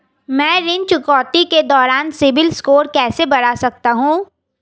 मैं ऋण चुकौती के दौरान सिबिल स्कोर कैसे बढ़ा सकता हूं?